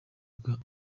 bwa